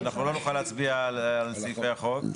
אנחנו לא נוכל להצביע על סעיפי החוק,